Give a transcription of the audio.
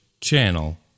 channel